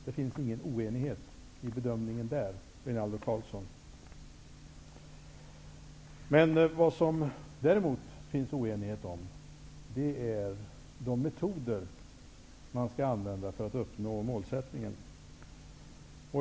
Det finns ingen oenighet i bedömningen på den punkten, Rinaldo Karlsson. Vad det däremot råder oenighet om är vilka metoder man skall använda för att uppnå målet.